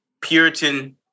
Puritan